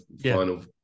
final